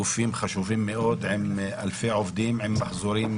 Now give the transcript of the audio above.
גופים חשובים מאוד עם אלפי עובדים ועם מחזורים